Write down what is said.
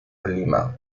lima